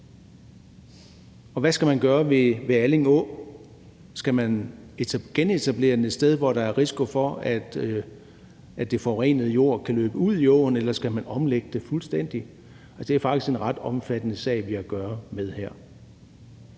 Og hvad skal man gøre ved Alling Å? Skal vi genetablere den et sted, hvor der er risiko for, at den forurenede jord kan løbe ud i åen, eller skal man omlægge den fuldstændig? Det er faktisk en ret omfattende sag, vi har at gøre med her.